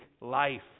life